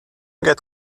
get